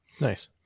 Nice